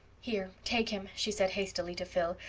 here, take him, she said hastily to phil.